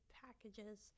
packages